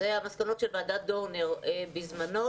אלה מסקנות של ועדת דורנר בזמנו.